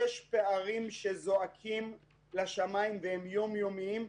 יש פערים שזועקים לשמיים והם יום-יומיים.